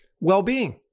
well-being